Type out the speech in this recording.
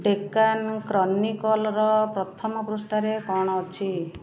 ଡେକାନ୍ କ୍ରନିକଲ୍ର ପ୍ରଥମ ପୃଷ୍ଠାରେ କ'ଣ ଅଛି